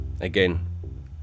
again